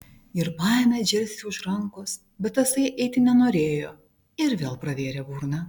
ir paėmė džersį už rankos bet tasai eiti nenorėjo ir vėl pravėrė burną